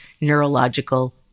neurological